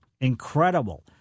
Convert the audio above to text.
incredible